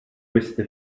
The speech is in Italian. queste